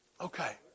Okay